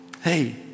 hey